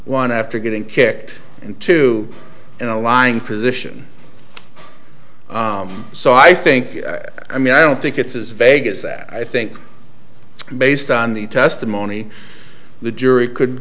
one after getting kicked and two in a lying position so i think i mean i don't think it's as vegas that i think based on the testimony the jury could